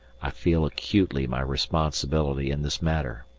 i feel acutely my responsibility in this matter.